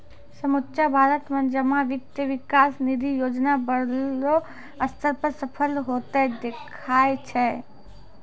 समुच्चा भारत मे जमा वित्त विकास निधि योजना बड़ो स्तर पे सफल होतें देखाय छै